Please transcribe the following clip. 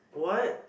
what